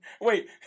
Wait